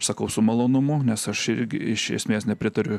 sakau su malonumu nes aš irgi iš esmės nepritariu